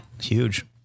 huge